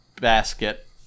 basket